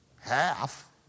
half